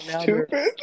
stupid